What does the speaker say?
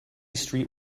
street